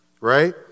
Right